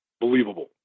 believable